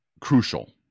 crucial